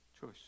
Choice